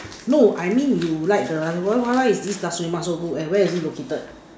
no I mean you like the why why why is this Nasi-Lemak so good and where is it located